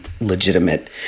legitimate